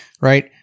right